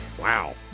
Wow